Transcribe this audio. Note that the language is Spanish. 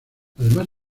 además